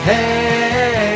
Hey